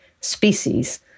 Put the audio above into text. species